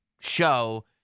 show